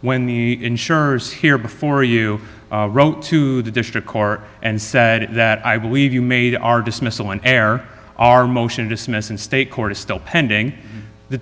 when the insurers here before you wrote to the district court and said that i believe you made our dismissal on air our motion to dismiss in state court is still pending the